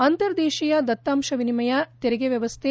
ಅಂತರ್ದೇತಿಯ ದತ್ತಾಂಶ ವಿನಿಮಯ ತೆರಿಗೆ ವ್ಯವಸ್ಥೆ